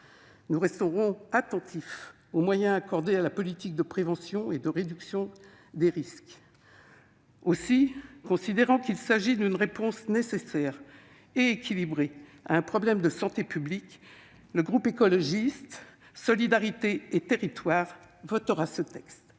nous resterons attentifs aux moyens accordés à la politique de prévention et de réduction des risques. Considérant qu'il s'agit d'une réponse nécessaire et équilibrée à un problème de santé publique, le groupe Écologiste - Solidarité et Territoires votera ce texte.